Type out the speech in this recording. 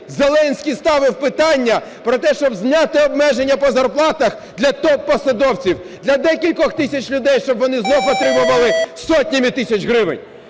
Зеленський ставив питання про те, щоб зняти обмеження по зарплатах для топ-посадовців, для декількох тисяч людей, щоб вони знов отримували сотнями тисяч гривень.